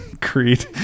Creed